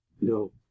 No